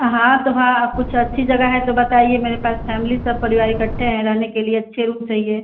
हाँ तो हाँ अब कुछ अच्छी जगह है तो बताइए मेरे पास फैमिली सब परिवार इकट्ठे हैं रहने के लिए अच्छे रूम चाहिए